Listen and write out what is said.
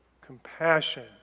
compassion